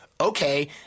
okay